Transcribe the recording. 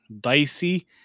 dicey